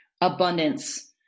abundance